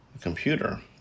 Computer